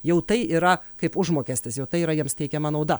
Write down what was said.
jau tai yra kaip užmokestis jau tai yra jiems teikiama nauda